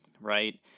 right